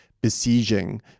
besieging